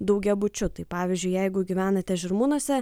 daugiabučiu tai pavyzdžiui jeigu gyvenate žirmūnuose